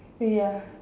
ya